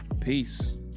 Peace